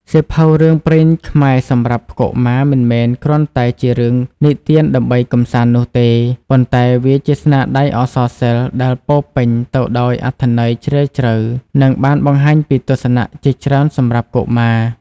សៀវភៅរឿងព្រេងខ្មែរសម្រាប់កុមារ មិនមែនគ្រាន់តែជារឿងនិទានដើម្បីកម្សាន្តនោះទេ ប៉ុន្តែវាជាស្នាដៃអក្សរសិល្ប៍ដែលពោរពេញទៅដោយអត្ថន័យជ្រាលជ្រៅ និងបានបង្ហាញពីទស្សនៈជាច្រើនសម្រាប់កុមារ។